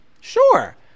Sure